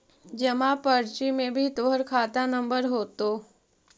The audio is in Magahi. जमा पर्ची में भी तोहर खाता नंबर होतो